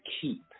keep